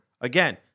Again